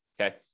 Okay